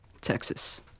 Texas